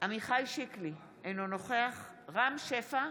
עמיחי שיקלי, אינו נוכח רם שפע,